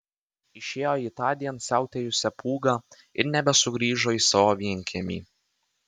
išėjo į tądien siautėjusią pūgą ir nebesugrįžo į savo vienkiemį